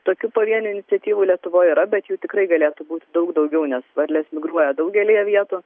tokių pavienių iniciatyvų lietuvoj yra bet jų tikrai galėtų būti daug daugiau nes varlės migruoja daugelyje vietų